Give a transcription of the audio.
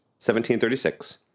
1736